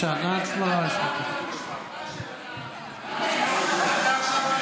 אתה תרמת למשפחה של הנער ועכשיו אתה מצביע נגדם?